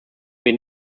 wir